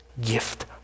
gift